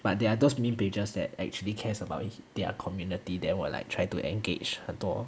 but there are those meme pages that actually cares about their community then will like try to engage 很多